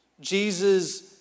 Jesus